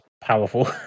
powerful